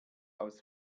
aus